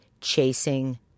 Chasing